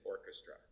orchestra